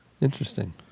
Interesting